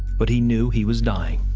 but he knew he was dying.